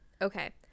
Okay